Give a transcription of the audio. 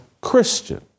Christian